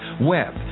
web